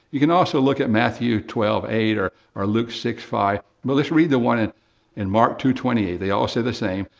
you can also look at matthew twelve eight or or luke six five, but let's read the one in mark two twenty eight. they all say the same.